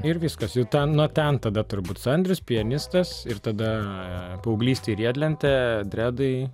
ir viskas jau ten nuo ten tada turbūt sandrius pianistas ir tada paauglystėj riedlentė dredai